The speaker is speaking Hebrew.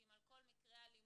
שאם על כל מקרה אלימות